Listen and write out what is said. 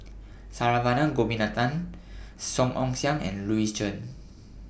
Saravanan Gopinathan Song Ong Siang and Louis Chen